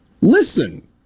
listen